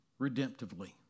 redemptively